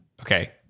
Okay